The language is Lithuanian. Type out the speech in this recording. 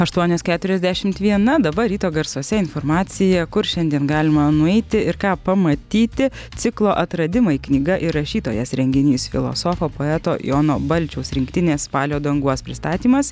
aštuonios keturiasdešimt viena dabar ryto garsuose informacija kur šiandien galima nueiti ir ką pamatyti ciklo atradimai knyga ir rašytojas renginys filosofo poeto jono balčiaus rinktinė spalio danguos pristatymas